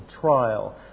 trial